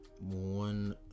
one